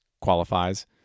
qualifies